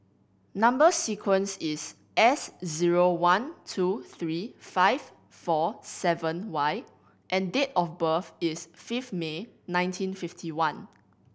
number sequence is S zero one two three five four seven Y and date of birth is five May nineteen fifty one